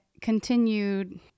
continued